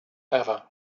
ever